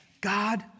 God